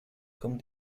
comme